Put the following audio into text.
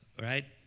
right